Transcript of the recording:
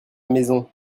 maison